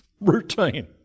routine